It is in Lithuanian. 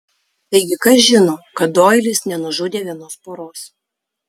taigi kas žino kad doilis nenužudė vienos poros